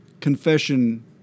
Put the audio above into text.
confession